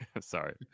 sorry